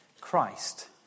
Christ